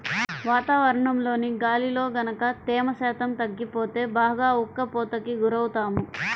వాతావరణంలోని గాలిలో గనక తేమ శాతం తగ్గిపోతే బాగా ఉక్కపోతకి గురవుతాము